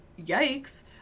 yikes